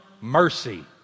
mercy